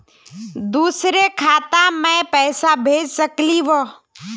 दुसरे खाता मैं पैसा भेज सकलीवह?